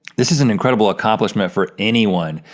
this is an incredible accomplishment for anyone,